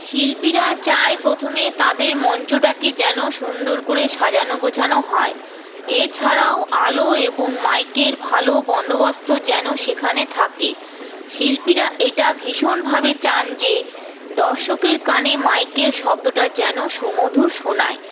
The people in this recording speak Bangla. শিল্পীরা চায় প্রথমে তাদের মঞ্চটাকে যেন সুন্দর করে সাজানো গোছানো হয় এছাড়াও আলো এবং মাইকের ভালো বন্দোবস্ত যেন সেখানে থাকে শিল্পীরা এটা ভীষণভাবে চান যে দর্শকের কানে মাইকের শব্দটা যেন সুমধুর শোনায়